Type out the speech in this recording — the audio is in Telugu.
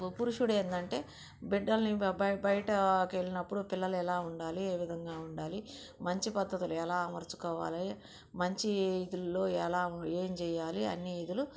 పురుషుడు ఏందంటే బిడ్డల్ని బ బయటకి వెళ్ళినప్పుడు పిల్లలు ఎలా ఉండాలి ఏ విధంగా ఉండాలి మంచి పద్ధతులు ఎలా అమర్చుకోవాలి మంచి ఇదుల్లో ఎలా ఏం చెయ్యాలి అన్ని ఇదులు